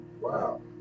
Wow